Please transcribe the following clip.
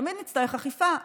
תמיד נצטרך אכיפה,